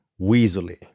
weaselly